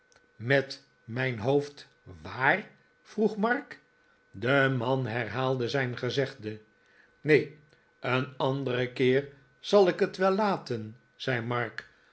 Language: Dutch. met mijn hoofd waar vroeg mark de man herhaalde zijn gezegde neen een anderen keer zal ik het wel laten zei mark